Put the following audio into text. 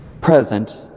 present